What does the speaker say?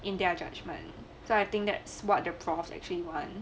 in their judgment so I think thats what the prof actually want